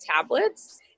tablets